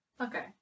Okay